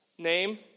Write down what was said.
name